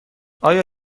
آیا